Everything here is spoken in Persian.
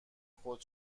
خود